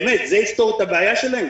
באמת, זה יפתור את הבעיה שלהם?